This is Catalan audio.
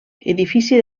edifici